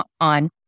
on